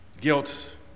Guilt